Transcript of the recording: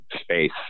Space